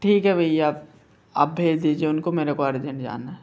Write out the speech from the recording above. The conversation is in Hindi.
ठीक है भैया आप आप भेज दीजिए उनको मेरे को अर्जेंट जाना है